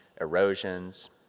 erosions